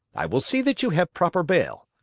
i will see that you have proper bail.